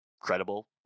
credible